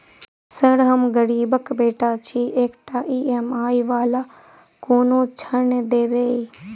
Sir हम गरीबक बेटा छी एकटा ई.एम.आई वला कोनो ऋण देबै?